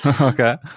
Okay